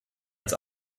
ins